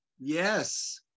yes